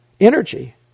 energy